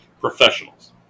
professionals